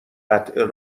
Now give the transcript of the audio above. قطع